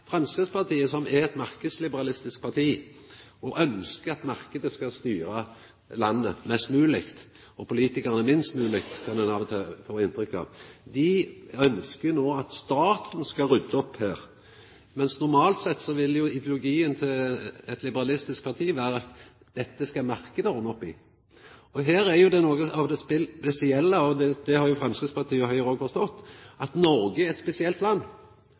Framstegspartiet, som er eit marknadsliberalistisk parti, og som ønskjer at marknaden skal styra landet mest mogleg – og politikarane minst mogleg, kan ein av og til få inntrykk av – no ønskjer at staten skal rydda opp her. Normalt sett ville ideologien til eit liberalistisk parti vera at dette skal marknaden ordne opp i. Og her er jo noko av det spesielle, og det har Framstegspartiet og Høgre òg forstått, at Noreg er eit spesielt land.